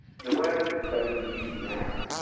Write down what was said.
so whereas it's very new now,